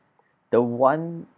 the one